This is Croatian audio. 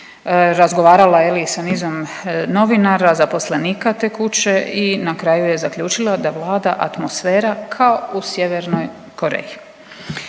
razgovarala je je li sa nizom novinara, zaposlenika te kuće i na kraju je zaključila da vlada atmosfera kao u Sjevernoj Koreji,